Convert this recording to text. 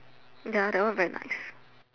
ya that one very good